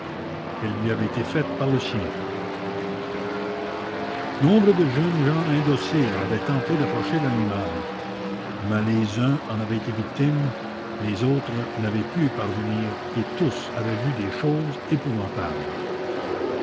elle lui avait été faite par le sien nombre de jeunes gens indociles avaient tenté d'approcher l'animal mais les uns en avaient été victimes les autres n'avaient pu y parvenir et tous avaient vu des choses épouvantables